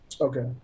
Okay